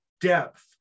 depth